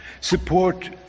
support